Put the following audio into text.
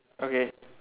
okay